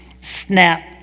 snap